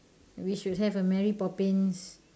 we should have a mary poppins